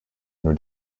nur